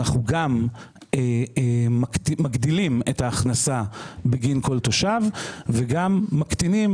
אנחנו גם מגדילים את ההכנסה בגין כל תושב וגם מקטינים,